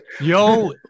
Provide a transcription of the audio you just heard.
Yo